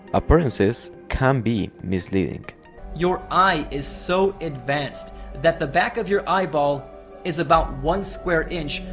appearances can be misleading your eye is so advanced that the back of your eyeball is about one square inch,